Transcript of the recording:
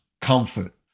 comfort